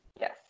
Yes